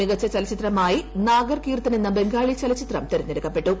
മികച്ച ചലച്ചിത്രമായി നാഗർകീർത്തൻ എന്ന ബംഗാളി ചലച്ചിത്രം തെരഞ്ഞെടുക്കപ്പെട്ടു